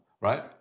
right